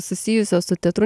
susijusios su teatru